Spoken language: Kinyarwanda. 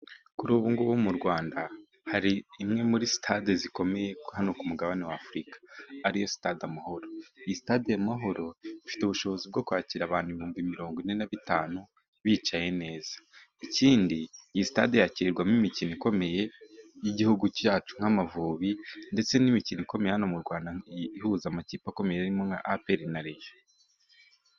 Kuri ubungubu mu Rwanda hari imwe muri sitade zikomeye hano ku mugabane wa afurika ariyo stade amahoro. Iyi sitade amahoro ifite ubushobozi bwo kwakira abantu ibihumbi mirongo ine na bitanu bicaye neza. Ikindi iyi sitade yakirirwamo imikino ikomeye y'igihugu cyacu nk'amavubi ndetse n'imikino ikomeye hano mu Rwanda ihuza amakipe akomeye arimo nka aperi na reyo.